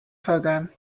program